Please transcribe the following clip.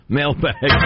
Mailbag